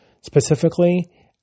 specifically